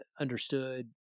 understood